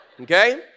Okay